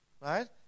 Right